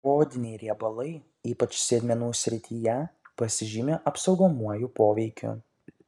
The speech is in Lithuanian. poodiniai riebalai ypač sėdmenų srityje pasižymi apsaugomuoju poveikiu